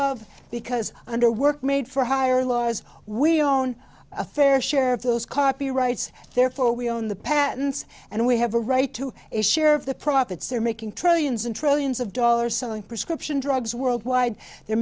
of because under work made for hire lies we own a fair share of those copyrights therefore we own the patents and we have a right to a share of the profits they're making trillions and trillions of dollars selling prescript drugs worldwide they're